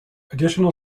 additional